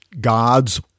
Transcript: gods